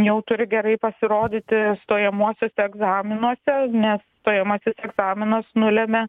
jau turi gerai pasirodyti stojamuosiuose egzaminuose ne stojamasis egzaminas nulemia